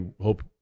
hope